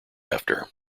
after